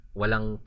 walang